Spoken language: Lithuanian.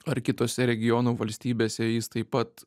ar kitose regionų valstybėse jis taip pat